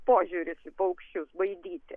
požiūris į paukščius baidyti